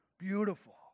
beautiful